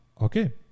okay